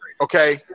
okay